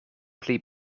pli